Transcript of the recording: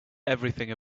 everything